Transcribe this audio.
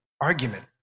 argument